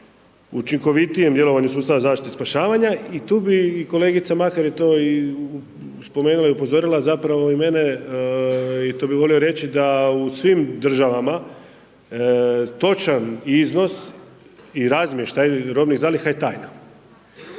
učinkovitijem djelovanju sustava zaštite i spašavanja i tu bi, i kolega Makar je to i spomenula i upozorila zapravo i mene, i to bi volio reći, da u svim državama točan iznos i razmještaj robnih zaliha je tajna